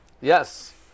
Yes